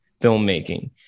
filmmaking